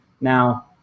Now